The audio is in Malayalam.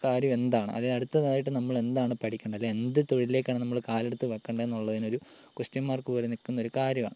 കാര്യം എന്താണ് അതിന് അടുത്തതായിട്ട് നമ്മൾ എന്താണ് പഠിക്കേണ്ടത് അല്ലെങ്കിൽ എന്ത് തൊഴിലിലേക്കാണ് നമ്മൾ കാലെടുത്ത് വെക്കേണ്ടത് എന്നൊരു കോസ്റ്റിയൻ മാർക്ക് പോലെ നിൽക്കുന്ന ഒരു കാര്യമാണ്